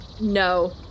No